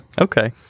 Okay